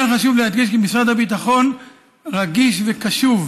כאן חשוב להדגיש כי משרד הביטחון רגיש וקשוב